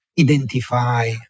identify